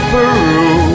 Peru